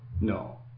No